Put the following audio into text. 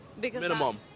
Minimum